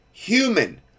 human